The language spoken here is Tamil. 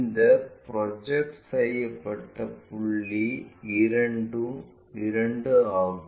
இந்த ப்ரொஜெக்ட் செய்யப்பட்ட புள்ளி இரண்டு ஆகும்